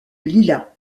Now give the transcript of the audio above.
lila